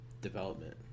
development